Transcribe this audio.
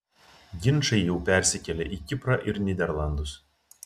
ginčai jau persikėlė į kiprą ir nyderlandus